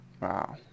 Wow